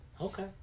Okay